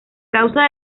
causa